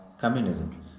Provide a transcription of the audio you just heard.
communism